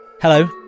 Hello